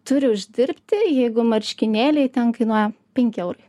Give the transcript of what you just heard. turi uždirbti jeigu marškinėliai ten kainuoja penki eurai